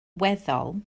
weddol